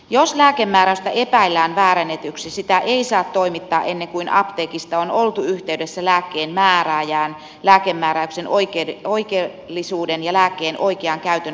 jos lääkemääräystä epäillään väärennetyksi sitä ei saa toimittaa ennen kuin apteekista on oltu yhteydessä lääkkeen määrääjään lääkemääräyksen oikeellisuuden ja lääkkeen oikean käytön varmistamiseksi